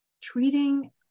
treating